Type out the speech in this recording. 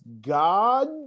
God